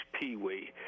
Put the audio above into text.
Pee-wee